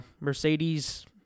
Mercedes